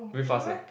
with us ah